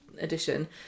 edition